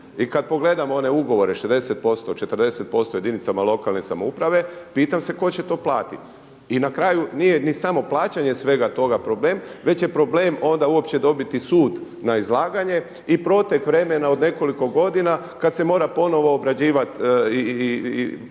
I kad pogledamo one ugovore 60%, 40% jedinicama lokalne samouprave pitam se tko će to platiti. I na kraju nije ni samo plaćanje svega toga problem, već je problem onda uopće dobiti sud na izlaganje i protek vremena od nekoliko godina kad se mora ponovo obrađivat i vršit